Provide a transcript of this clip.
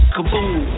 Kaboom